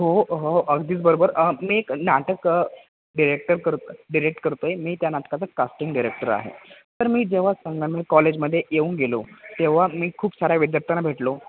हो हो अगदीच बरोबर मी एक नाटक डिरेक्टर कर डिरेक्ट करतो आहे मी त्या नाटकाचं कास्टिंग डिरेक्टर आहे तर मी जेव्हा संगमनेर मी कॉलेजमध्ये येऊन गेलो तेव्हा मी खूप साऱ्या विद्यार्थ्यांना भेटलो